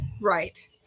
right